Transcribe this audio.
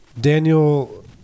Daniel